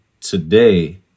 today